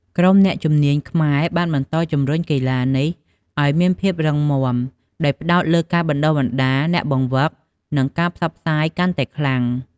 ក្រុមអ្នកជំនាញខ្មែរបានបន្តជំរុញកីឡានេះឲ្យមានភាពរឹងមាំ ដោយផ្ដោតលើការបណ្តុះបណ្តាលអ្នកបង្វឹក និងការផ្សព្វផ្សាយកាន់តែខ្លាំង។